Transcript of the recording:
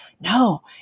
No